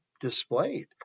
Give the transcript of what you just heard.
displayed